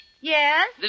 Yes